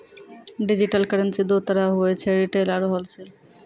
digital currency दो तरह रो हुवै छै रिटेल आरू होलसेल